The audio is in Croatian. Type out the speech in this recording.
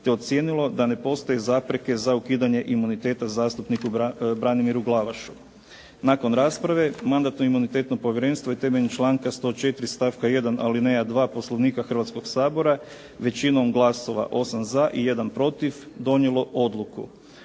te ocijenilo da ne postoje zapreke za ukidanje imuniteta zastupniku Branimiru Glavašu. Nakon rasprave Mandatno-imunitetno povjerenstvo je temeljem članka 104. stavka 1. alineja 2 Poslovnika Hrvatskoga sabora većinom glasova 8 za i 1 protiv donijelo odluku: